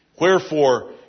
Wherefore